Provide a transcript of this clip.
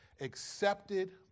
accepted